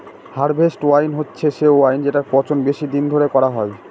harvest wine হচ্ছে সে wine যেটার পচন বেশি দিন ধরে করা হয়